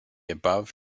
above